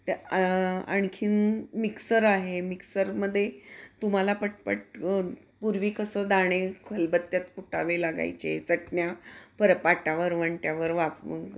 त्या आ आणखीन मिक्सर आहे मिक्सरमध्ये तुम्हाला पटपट पूर्वी कसं दाणे खलबत्त्यात कुटावे लागायचे चटण्या पर पाटावरवंट्यावर वाप